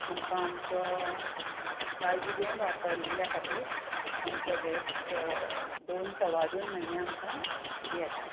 आमकां आमचो काळजी घेवन वापरल्या खातीर आमचो गेस दोन सवादोन म्हयने आमकां येता